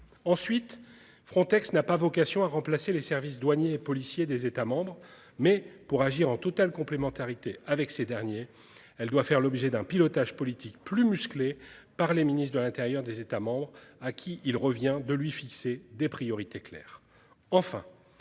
ensuite. Frontex n'a pas vocation à remplacer les services douaniers et policiers des États. Mais pour agir en totale complémentarité avec ces derniers. Elle doit faire l'objet d'un pilotage politique plus musclée par le ministre de l'intérieur des États à qui il revient de lui fixer des priorités claires